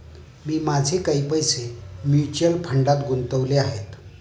मी माझे काही पैसे म्युच्युअल फंडात गुंतवले आहेत